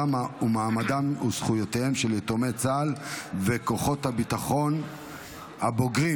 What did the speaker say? מעמדם וזכויותיהם של יתומי צה"ל וכוחות הביטחון הבוגרים.